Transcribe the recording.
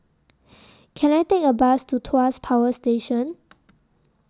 Can I Take A Bus to Tuas Power Station